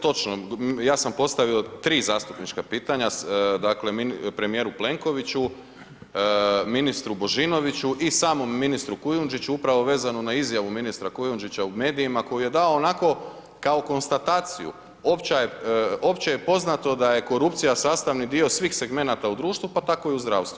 Točno, ja sam postavio 3 zastupnika pitanja, premijeru Plenkoviću, ministru Božinoviću i samom ministru Kujundžiću upravo vezano na izjavu ministra Kujundžića u medijima koju je dao onako kao konstataciju, opće je poznato da je korupcija sastavni dio svih segmenata u društvu, pa tako i u zdravstvu.